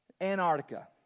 Antarctica